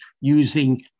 using